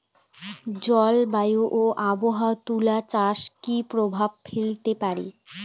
জলবায়ু ও আবহাওয়া তুলা চাষে কি প্রভাব ফেলতে পারে?